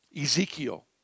Ezekiel